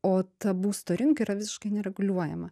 o ta būsto rinka yra visiškai nereguliuojama